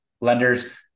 lenders